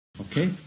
Okay